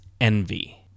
envy